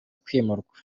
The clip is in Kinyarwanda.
kwimurwa